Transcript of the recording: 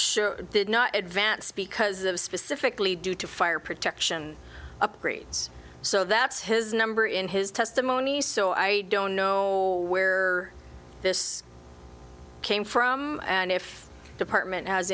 sure did not advance because of specifically due to fire protection upgrades so that's his number in his testimony so i don't know where this came from and if department has